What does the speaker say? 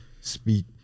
speak